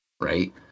right